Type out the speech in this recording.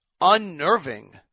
unnerving